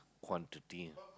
quantity